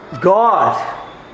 God